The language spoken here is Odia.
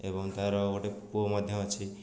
ଏବଂ ତା'ର ଗୋଟିଏ ପୁଅ ମଧ୍ୟ ଅଛି